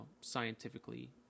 scientifically